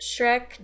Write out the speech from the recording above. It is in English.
Shrek